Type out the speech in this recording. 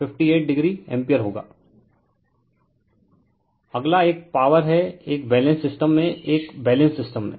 refer slide time 0355 अगला एक power है एक बैलेंस्ड सिस्टम में एक बैलेंस्ड सिस्टम में